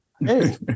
hey